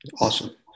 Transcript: Awesome